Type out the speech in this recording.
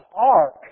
ark